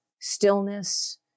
stillness